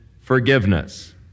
forgiveness